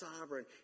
sovereign